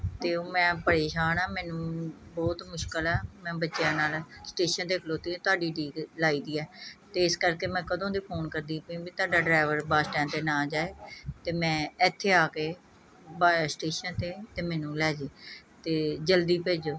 ਅਤੇ ਉਹ ਮੈਂ ਪ੍ਰੇਸ਼ਾਨ ਹਾਂ ਮੈਨੂੰ ਬਹੁਤ ਮੁਸ਼ਕਲ ਆ ਮੈਂ ਬੱਚਿਆਂ ਨਾਲ ਸਟੇਸ਼ਨ 'ਤੇ ਖਲੋਤੀ ਤੁਹਾਡੀ ਉਡੀਕ ਲਾਈ ਦੀ ਹੈ ਅਤੇ ਇਸ ਕਰਕੇ ਮੈਂ ਕਦੋਂ ਦੀ ਫੋਨ ਕਰਦੀ ਪਈ ਵੀ ਤੁਹਾਡਾ ਡਰੈਵਰ ਬੱਸ ਸਟੈਂਡ 'ਤੇ ਨਾ ਜਾਏ ਅਤੇ ਮੈਂ ਇੱਥੇ ਆ ਕੇ ਬ ਸਟੇਸ਼ਨ 'ਤੇ ਅਤੇ ਮੈਨੂੰ ਲੈ ਜਾਵੇ ਅਤੇ ਜਲਦੀ ਭੇਜੋ